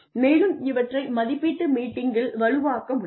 மேலும் இவற்றை மதிப்பீட்டு மீட்டிங்கில் வலுவாக்க முடியும்